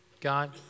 God